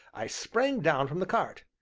i sprang down from the cart.